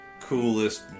coolest